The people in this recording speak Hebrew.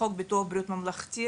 לחוק ביטוח בריאות ממלכתי,